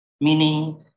meaning